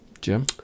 Jim